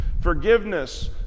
forgiveness